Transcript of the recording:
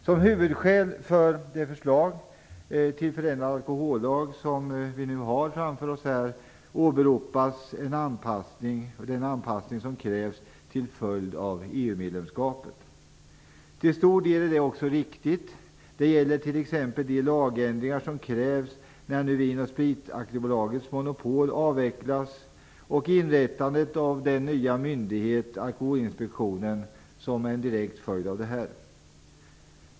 Som huvudskäl för det förslag till förändrad alkohollag som vi nu har framför oss åberopas den anpassning som krävs till följd av EU-medlemskapet. Till stor del är det också riktigt. Det gäller t.ex. de lagändringar som krävs när Vin & Sprit AB:s monopol nu avvecklas och inrättandet av den nya myndighet, Alkoholinspektionen, som är en direkt följd av detta.